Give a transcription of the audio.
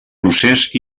procés